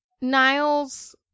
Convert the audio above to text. Niles